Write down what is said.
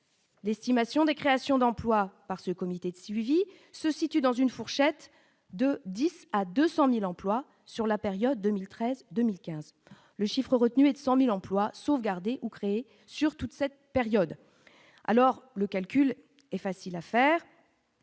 l'estimation des créations d'emplois par ce comité de suivi se situe dans une fourchette de 10 à 200000 emplois sur la période 2013, 2015 le chiffre retenu est de 100000 emplois sauvegardés ou créés sur toute cette période, alors le calcul est facile à faire